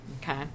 Okay